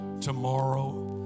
tomorrow